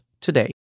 today